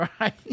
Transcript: Right